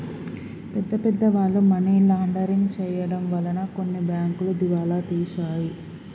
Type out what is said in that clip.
పెద్ద పెద్ద వాళ్ళు మనీ లాండరింగ్ చేయడం వలన కొన్ని బ్యాంకులు దివాలా తీశాయి